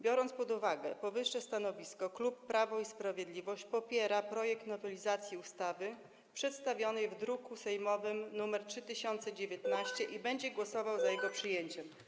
Biorąc pod uwagę powyższe stanowisko, klub Prawo i Sprawiedliwość popiera projekt nowelizacji ustawy przedstawionej w druku sejmowym nr 3019 i będzie głosował za jego przyjęciem.